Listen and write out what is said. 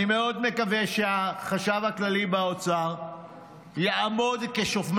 אני מאוד מקווה שהחשב הכללי באוצר יעמוד כשומר